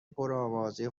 پرآوازه